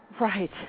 Right